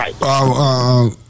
right